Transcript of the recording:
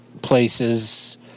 places